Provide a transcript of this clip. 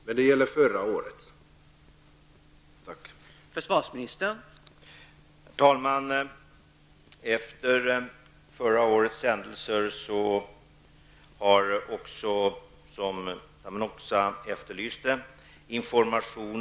Mina frågor gäller alltså förra årets händelse.